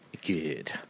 good